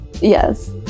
Yes